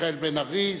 מיכאל בן-ארי,